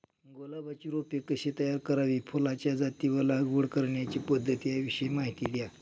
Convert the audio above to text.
गुलाबाची रोपे कशी तयार करावी? फुलाच्या जाती व लागवड करण्याची पद्धत याविषयी माहिती द्या